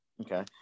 Okay